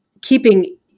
keeping